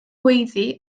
gweiddi